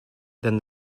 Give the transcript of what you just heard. than